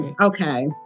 Okay